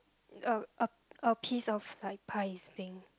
uh a a piece of like pie is being